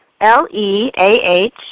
L-E-A-H